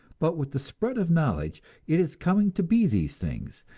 but with the spread of knowledge it is coming to be these things,